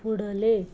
फुडलें